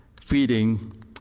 feeding